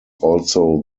also